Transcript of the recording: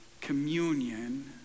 communion